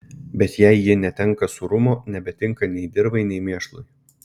bet jei ji netenka sūrumo nebetinka nei dirvai nei mėšlui